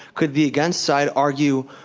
could the against side argue,